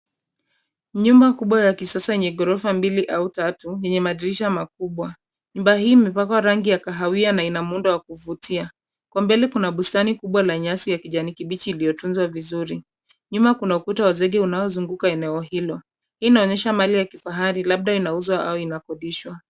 Nyumba kubwa ya kisasa yenye ghorofa mbili au tatu yenye madirisha maubwa. Nyumba hii imepakwa rangi ya kahawia na ina muundo wa kuvutia. Kwa mbele kuna bustani kubwa la nyasi ya kijani kibichi iliyotunzwa vizuri. Nyuma kuna ukuta wa zege unaozunguka eneo hilo. Hii inaonyesha mali ya kifahari, labda inauzwa au inakodishwa.